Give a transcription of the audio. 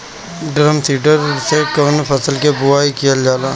Drum seeder से कवने फसल कि बुआई कयील जाला?